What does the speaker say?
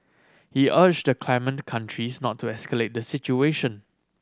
he urged the claimant countries not to escalate the situation